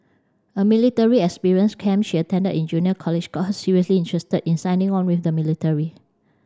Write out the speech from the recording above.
a military experience camp she attended in junior college got her seriously interested in signing on with the military